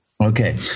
Okay